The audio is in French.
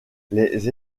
les